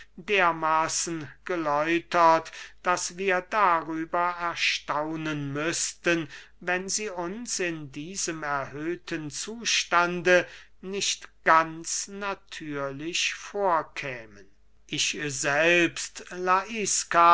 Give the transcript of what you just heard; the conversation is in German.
dermaßen geläutert daß wir darüber erstaunen müßten wenn sie uns in diesem erhöhten zustande nicht ganz natürlich vorkämen ich selbst